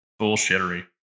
bullshittery